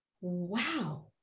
wow